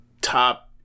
top